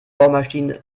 bohrmaschinen